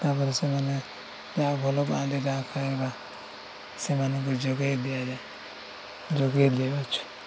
ତାପରେ ସେମାନେ ଯାହା ଭଲ ମନ୍ଦ ଯାହା ଖାଇବା ସେମାନଙ୍କୁ ଯୋଗାଇ ଦିଆଯାଏ ଯୋଗାଇ ଦିଆଉଛୁ